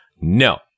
No